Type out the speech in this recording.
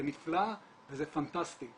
זה נפלא וזה פנטסטי,